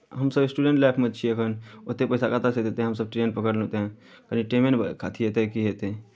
हमसभ स्टूडेंट लाइफमे छियै एखन ओतेक पैसा कतहुसँ अयतै तैँ हमसभ ट्रेन पकड़लहुँ तैँ कनि टाइमे ने अथि हेतै की हेतै